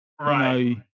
right